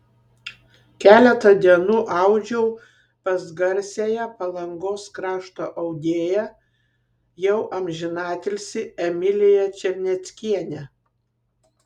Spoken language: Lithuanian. keletą dienų audžiau pas garsiąją palangos krašto audėją jau amžinatilsį emiliją černeckienę